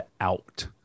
out